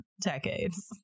decades